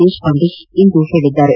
ದೇಶಪಾಂಡೆ ಇಂದು ಹೇಳಿದ್ದಾರೆ